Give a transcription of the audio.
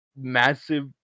massive